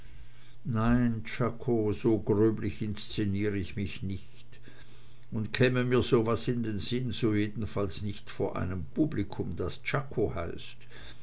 nein czako so gröblich inszenier ich mich nicht und käme mir so was in den sinn so jedenfalls nicht vor einem publikum das czako heißt